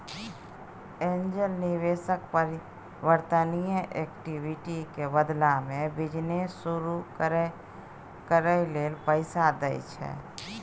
angel निवेशक परिवर्तनीय equity के बदला में बिजनेस शुरू करइ लेल पैसा दइ छै